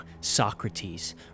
Socrates